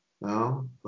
No